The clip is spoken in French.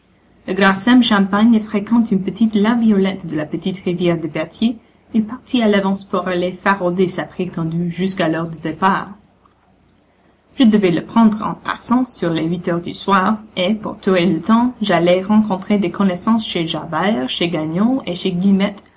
le grand sem champagne fréquente une petite laviolette de la petite rivière de berthier et il partit à l'avance pour aller farauder sa prétendue jusqu'à l'heure du départ je devais le prendre en passant sur les huit heures du soir et pour tuer le temps j'allai rencontrer des connaissances chez jalbert chez gagnon et chez guilmette